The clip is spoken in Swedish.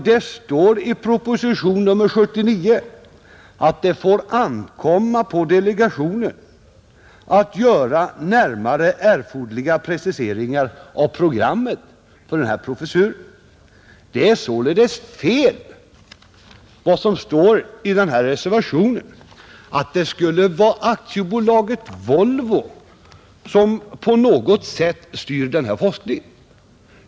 Det står i propositionen 79 att det får ankomma på delegationen att göra erforderliga närmare preciseringar av programmet för denna professur. Vad som står i reservationen är således fel, nämligen att AB Volvo på något sätt skulle styra denna forskning.